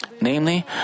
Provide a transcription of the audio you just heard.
Namely